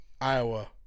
Iowa